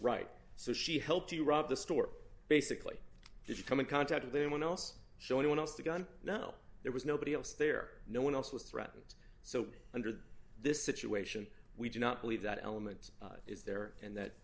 right so she helped you rob the store basically did you come in contact with anyone else so anyone else to go on no there was nobody else there no one else was threatened so under this situation we do not believe that element is there and that